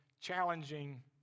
challenging